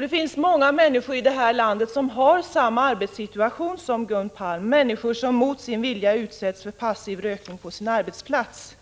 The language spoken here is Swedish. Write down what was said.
Det finns många människor i detta land som har samma arbetssituation som Gun Palm och som mot sin vilja utsätts för passiv rökning på sin arbetsplats.